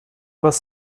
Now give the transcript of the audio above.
was